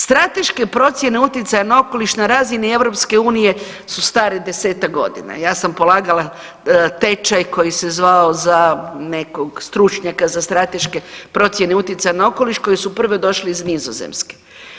Strateške procjene utjecaja na okoliš na razini EU su stare 10-ak godina, ja sam polagala tečaj koji se zvao za nekog stručnjaka za strateške procjene utjecaja na okoliš koje su prve došle iz Nizozemske.